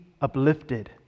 uplifted